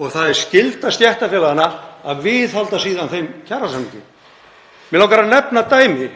Það er skylda stéttarfélaganna að viðhalda síðan þeim kjarasamningi. Mig langar að nefna dæmi